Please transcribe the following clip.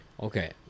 Okay